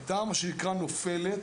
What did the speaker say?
הייתה נופלת